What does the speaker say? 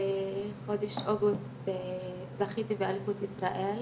בחודש אוגוסט זכיתי באליפות ישראל